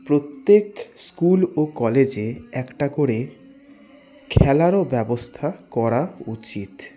প্রত্যেক স্কুল ও কলেজে একটা করে খেলারও ব্যবস্থা করা উচিত